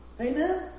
Amen